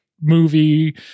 movie